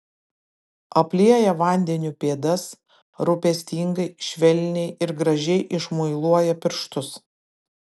aplieja vandeniu pėdas rūpestingai švelniai ir gražiai išmuiluoja pirštus